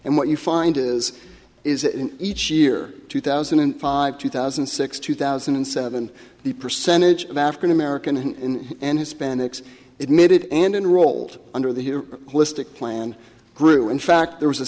and what you find is is that in each year two thousand and five two thousand and six two thousand and seven the percentage of african american in and hispanics admitted and enrolled under the list of plan grew in fact there was a